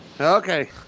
Okay